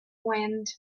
wind